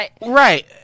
right